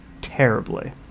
terribly